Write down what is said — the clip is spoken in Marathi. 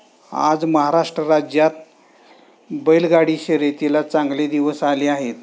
आज महाराष्ट्र राज्यात बैलगाडी शर्यतीला चांगले दिवस आले आहेत